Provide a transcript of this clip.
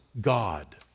God